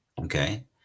okay